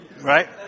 right